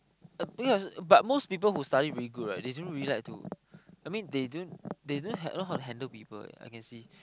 uh because but most people who study very good right they don't really like to I mean they don't they don't know how to handle people eh I can see